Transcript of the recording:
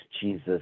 Jesus